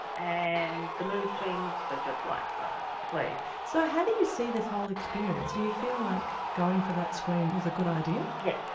and the mood swings are just like, oh please! so how do you see this whole experience? do you feel like going for that screening was a good idea? yes.